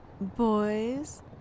Boys